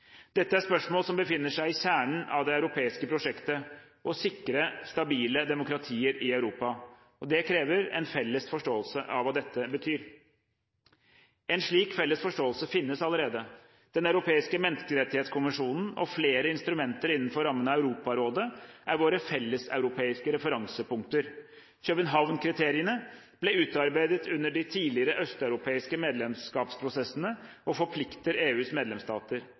Dette er spørsmål som befinner seg i kjernen av det europeiske prosjektet: å sikre stabile demokratier i Europa. Det krever en felles forståelse av hva dette betyr. En slik felles forståelse finnes allerede. Den europeiske menneskerettskonvensjonen og flere instrumenter innenfor rammen av Europarådet er våre felleseuropeiske referansepunkter. København-kriteriene ble utarbeidet under de tidligere østeuropeiske medlemskapsprosessene, og forplikter EUs medlemsstater.